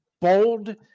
bold